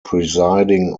presiding